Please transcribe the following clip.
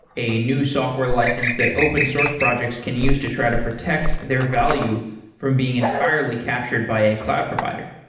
a new software license that open source projects can use to try to protect their value from being entirely captured by a cloud provider.